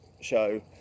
Show